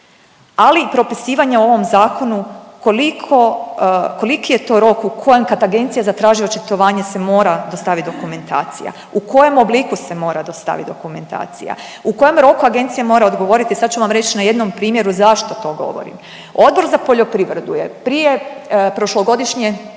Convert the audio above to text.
ali i propisivanja u ovom zakonu koliki je to rok u kojem kad agencija zatraži očitovanje se mora dostaviti dokumentacija, u kojem obliku se mora dostaviti dokumentacija, u kojem roku agencija mora odgovoriti, sad ću vam reć na jednom primjeru zašto to govorim. Odbor za poljoprivredu je prije prošlogodišnje